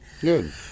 Good